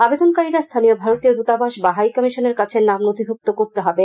আবেদনকারীদের স্থানীয় ভারতীয় দুতাবাস বা হাই কমিশনের কাছে নাম নখিভুক্ত করতে হবে